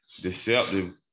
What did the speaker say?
Deceptive